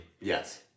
Yes